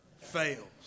fails